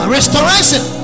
Restoration